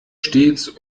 stets